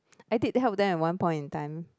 I did help them in one point in time